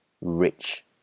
rich